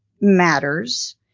matters